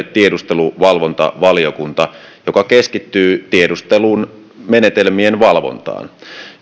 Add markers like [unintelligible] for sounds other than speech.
[unintelligible] tiedusteluvalvontavaliokunta joka keskittyy tiedustelun menetelmien valvontaan